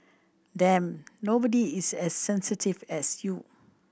damn nobody is as sensitive as you